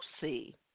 see